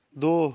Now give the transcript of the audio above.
दो